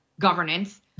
governance